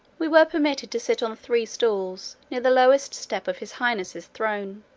we were permitted to sit on three stools, near the lowest step of his highness's throne.